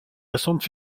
récente